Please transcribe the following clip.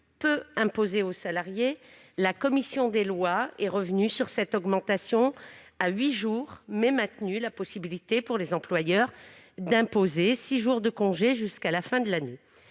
peut imposer aux salariés. La commission des lois est revenue sur cette augmentation, mais elle a maintenu la possibilité pour les employeurs d'imposer six jours de congé jusqu'à la fin de l'année.